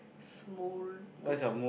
small talk